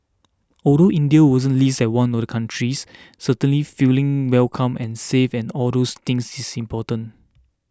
although India wasn't listed as one of the countries certainly feeling welcome and safe and all those things is important